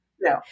No